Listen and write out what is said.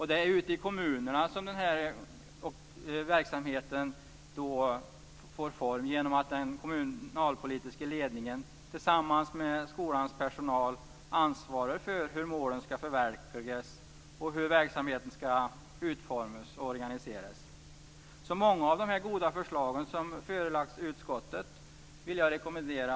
Det är ute i kommunerna som den här verksamheten får form genom att den kommunalpolitiska ledningen tillsammans med skolans personal ansvarar för hur målen skall förverkligas och hur verksamheten skall utformas och organiseras. Många av de goda förslag som här förelagts utskottet vill jag alltså rekommendera.